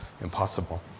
impossible